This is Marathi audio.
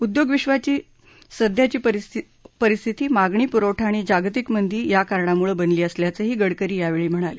उद्योग विद्वाची सध्याची परिस्थिती मागणी पुरवठा आणि जागतिक मंदी याकारणांमुळे बनली असल्याचंही गडकरी यावेळी म्हणाले